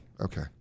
okay